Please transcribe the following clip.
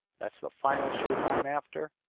that's the final shape i'm after.